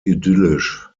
idyllisch